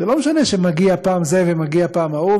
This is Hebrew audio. זה לא משנה שמגיע פעם זה ומגיע פעם ההוא,